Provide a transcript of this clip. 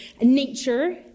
nature